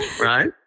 Right